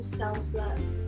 selfless